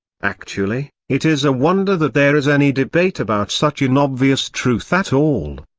actually, it is a wonder that there is any debate about such an obvious truth at all.